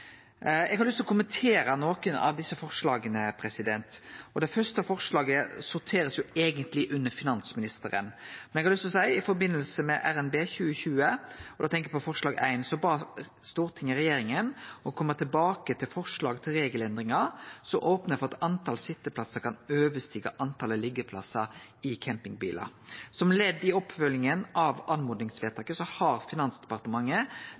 Eg har lyst til å kommentere nokre av desse forslaga. Det fyrste forslaget sorterer eigentleg under finansministeren. Men eg har lyst til å seie at i forbindelse med RNB 2020 – og då tenkjer eg på forslag nr. 1 – bad Stortinget regjeringa kome tilbake til forslag til regelendringar som opnar for at talet på sitjeplassar kan overstige talet på liggjeplassar i campingbilar. Som ledd i oppfølginga av oppmodingsvedtaket har Finansdepartementet